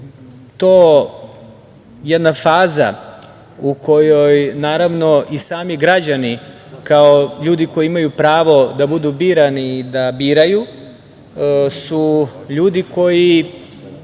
je to jedna faza u kojoj i sami građani, kao ljudi koji imaju pravo da budu birani i da biraju, su ljudi koji